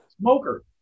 smoker